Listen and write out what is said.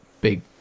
big